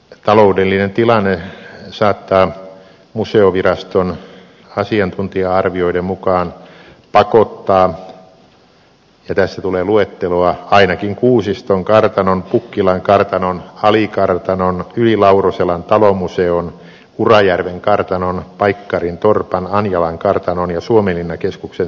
taloudellinen tilanne saattaa museoviraston asiantuntija arvioiden mukaan pakottaa ja tässä tulee luetteloa ainakin kuusiston kartanon pukkilan kartanon alikartanon yli lauroselan talomuseon urajärven kartanon paikkarin torpan anjalan kartanon ja suomenlinnakeskuksen sulkemiseen